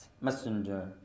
messenger